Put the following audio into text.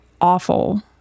awful